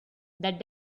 that